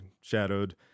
shadowed